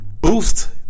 boost